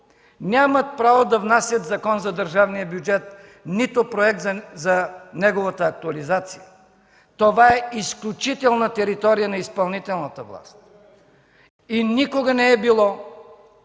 нямат право да внасят Закон за държавния бюджет, нито проект за неговата актуализация. Това е изключителна територия на изпълнителната власт (шум и реплики от